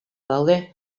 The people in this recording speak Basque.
daude